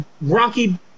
Rocky